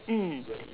mm